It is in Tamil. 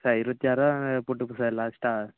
சார் இருபத்தி ஆறு ரூபா போட்டு கொடு சார் லாஸ்ட்டாக